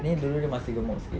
then dulu dia masih gemuk sikit